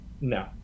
No